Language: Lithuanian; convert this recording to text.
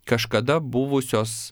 kažkada buvusios